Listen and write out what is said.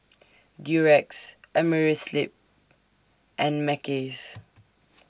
Durex Amerisleep and Mackays